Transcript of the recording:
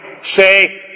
say